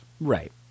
Right